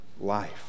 life